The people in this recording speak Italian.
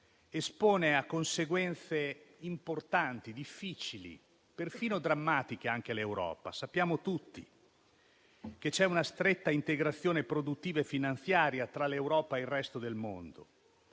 espone a conseguenze importanti, difficili e perfino drammatiche anche l'Europa. Sappiamo tutti che c'è una stretta integrazione produttiva e finanziaria tra l'Europa e il resto del mondo.